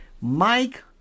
Mike